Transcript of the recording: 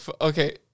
okay